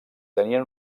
tenien